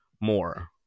more